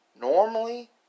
normally